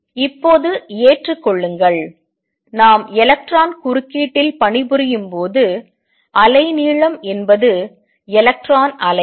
இப்போது ஏற்றுக்கொள்ளுங்கள் நாம் எலக்ட்ரான் குறுக்கீட்டில் பணிபுரியும் போது அலைநீளம் என்பது எலக்ட்ரான் அலைகள்